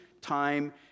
time